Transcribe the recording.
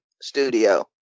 studio